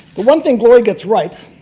one thing glory gets right